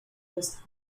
just